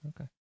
Okay